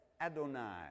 Adonai